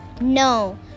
no